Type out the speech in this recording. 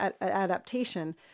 adaptation